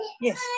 Yes